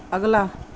अगला